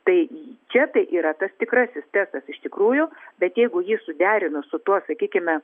tai čia tai yra tas tikrasis testas iš tikrųjų bet jeigu jį suderinus su tuo sakykime